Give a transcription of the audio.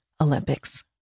Olympics